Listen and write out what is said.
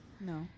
No